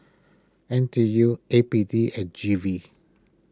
N T U A P D and G V